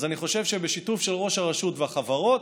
אז אני חושב שבשיתוף של ראש הרשות והחברות